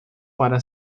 para